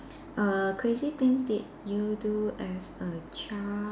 err crazy things did you do as a child